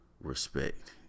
respect